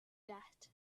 debt